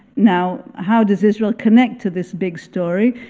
now, how does israel connect to this big story?